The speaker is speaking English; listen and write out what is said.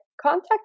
Contact